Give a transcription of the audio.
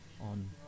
on